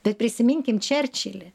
bet prisiminkim čerčilį